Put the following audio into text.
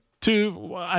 two